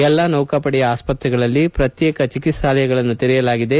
ಎಲ್ಲ ನೌಕಾಪಡೆಯ ಆಸ್ಪತ್ರೆಗಳಲ್ಲಿ ಶ್ರತ್ನೇಕ ಚಿಟ್ನಾಲಯಗಳನ್ನು ತೆರೆಯಲಾಗಿದೆ